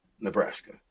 Nebraska